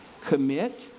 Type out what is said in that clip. Commit